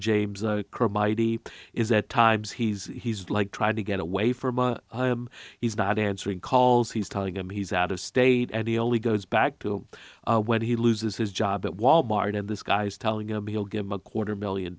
id is at times he's he's like trying to get away from a home he's not answering calls he's telling him he's out of state and he only goes back to when he loses his job at wal mart and this guy's telling him he'll give him a quarter million